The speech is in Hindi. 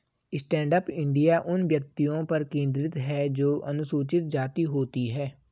स्टैंडअप इंडिया उन व्यक्तियों पर केंद्रित है जो अनुसूचित जाति होती है